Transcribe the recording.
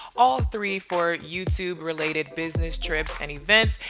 all three for youtube-related business trips and events.